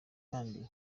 kandi